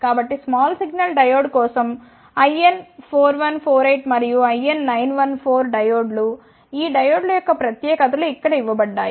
కాబట్టి small signal diode కోసం IN 4148 మరియు IN 914 డయోడ్లు ఈ డయోడ్ల యొక్క ప్రత్యేకత లు ఇక్కడ ఇవ్వబడ్డాయి